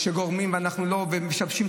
אנחנו הרי חיים.